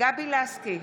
גבי לסקי,